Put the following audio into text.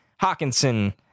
Hawkinson